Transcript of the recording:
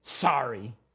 Sorry